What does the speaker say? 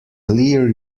clear